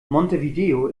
montevideo